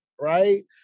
right